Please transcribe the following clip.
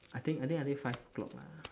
I think I think until five o'clock lah